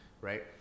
Right